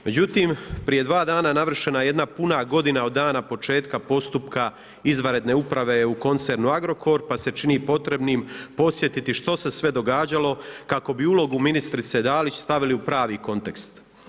Međutim, prije dva dana navršena je jedna puna godina od dana početka postupka izvanredne uprave u koncernu Agrokor, pa se čini potrebnim podsjetiti što se sve događalo kako bi ulogu ministrice Dalić stavili u pravi kontekst.